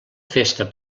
festa